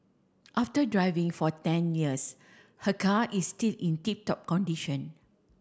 after driving for ten years her car is still in tip top condition